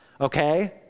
okay